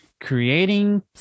creating